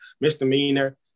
misdemeanor